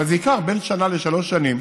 אבל זה ייקח בין שנה לשלוש שנים